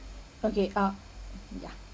okay uh yeah